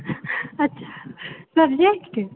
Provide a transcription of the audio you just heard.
अच्छा सब्जेक्ट